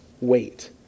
wait